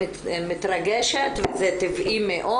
מתרגשת וזה טבעי מאוד.